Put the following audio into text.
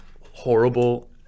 horrible